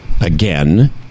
again